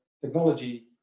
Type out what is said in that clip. technology